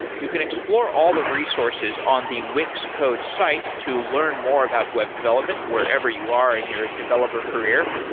you can explore all the resources on the wix code site to learn more about web development wherever you are in your developer career.